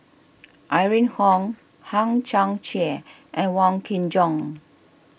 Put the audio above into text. Irene Khong Hang Chang Chieh and Wong Kin Jong